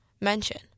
mention